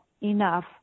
enough